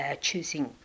choosing